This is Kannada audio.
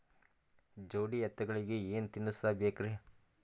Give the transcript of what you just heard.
ಜೋಡಿ ಎತ್ತಗಳಿಗಿ ಏನ ತಿನಸಬೇಕ್ರಿ?